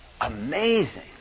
Amazing